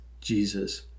Jesus